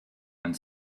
and